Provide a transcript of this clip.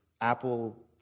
Apple